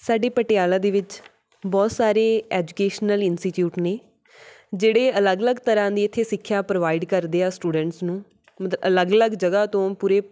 ਸਾਡੇ ਪਟਿਆਲਾ ਦੇ ਵਿੱਚ ਬਹੁਤ ਸਾਰੇ ਐਜੂਕੇਸ਼ਨਲ ਇੰਸਟੀਟਿਊਟ ਨੇ ਜਿਹੜੇ ਅਲੱਗ ਅਲੱਗ ਤਰ੍ਹਾਂ ਦੀ ਇੱਥੇ ਸਿੱਖਿਆ ਪ੍ਰੋਵਾਈਡ ਕਰਦੇ ਆ ਸਟੂਡੈਂਟਸ ਨੂੰ ਮਤਲਬ ਅਲੱਗ ਅਲੱਗ ਜਗ੍ਹਾ ਤੋਂ ਪੂਰੇ